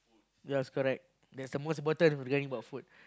yes correct that's the most important rank about food